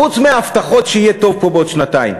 חוץ מהבטחות שיהיה טוב פה בעוד שנתיים.